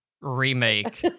remake